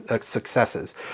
successes